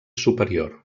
superior